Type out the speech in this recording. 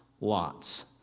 lots